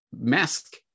mask